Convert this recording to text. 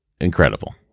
Incredible